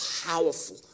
powerful